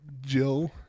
Jill